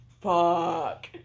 Fuck